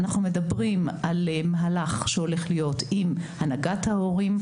אנחנו מדברים על מהלך שהולך להיות עם הנהגת ההורים,